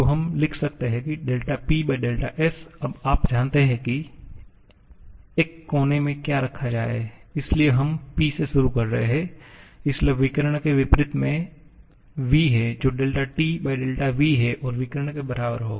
तो हम लिख रहे हैं ∂Ps अब आप जानते हैं कि एक कोने में क्या रखा जाए इसलिए हम P से शुरू कर रहे हैं इसलिए विकर्ण के विपरीत में v है जो ∂Tv है और विकर्ण के बराबर होगा